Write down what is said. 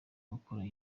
gukora